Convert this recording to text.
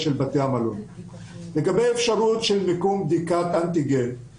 אבל גם סוגיית הבדיקות תעלה ביום שלישי בדגש על הבדיקות המהירות הפעם,